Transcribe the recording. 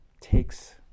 takes